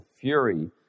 fury